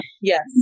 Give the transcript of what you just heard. Yes